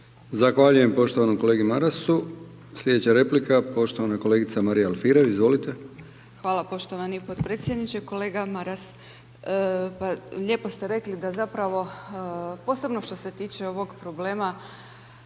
Zahvaljujem poštovanom kolegi Marasu. Slijedeća replika poštovana kolegica Marija Alfirev, izvolite. **Alfirev, Marija (SDP)** Hvala poštovani potpredsjedniče. Kolega Maras, pa lijepo ste rekli da zapravo, posebno što se tiče ovog problema